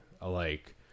alike